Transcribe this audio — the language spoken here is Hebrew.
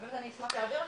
אבל אני אשמח להעביר לכם,